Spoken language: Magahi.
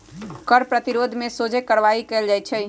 कर प्रतिरोध में सोझे कार्यवाही कएल जाइ छइ